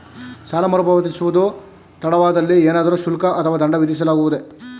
ಸಾಲ ಮರುಪಾವತಿಸುವುದು ತಡವಾದಲ್ಲಿ ಏನಾದರೂ ಶುಲ್ಕ ಅಥವಾ ದಂಡ ವಿಧಿಸಲಾಗುವುದೇ?